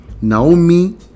Naomi